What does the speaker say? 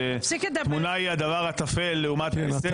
שהתמונה היא הדבר הטפל לעומת ההישג הרי --- תפסיק לדבר.